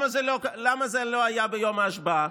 למה זה לא היה ביום ההשבעה?